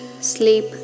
sleep